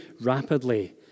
rapidly